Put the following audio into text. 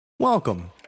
Welcome